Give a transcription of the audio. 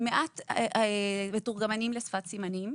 ישנם מעט מתורגמנים לשפת הסימנים,